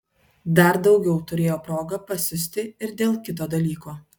dar daugiau turėjo progą pasiusti ir dėl kito dalyko